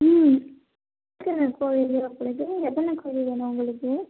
ம் எத்தனை கோழி வேணும் உங்களுக்கு எத்தனை கோழி வேணும் உங்களுக்கு